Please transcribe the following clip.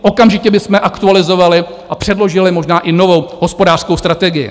Okamžitě bychom aktualizovali a předložili možná i novou hospodářskou strategii.